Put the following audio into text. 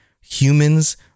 Humans